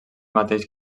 mateix